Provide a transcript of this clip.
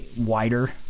wider